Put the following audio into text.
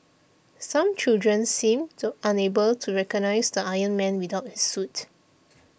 some children seemed unable to recognise the Iron Man without his suit